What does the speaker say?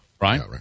right